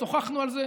שוחחנו על כך,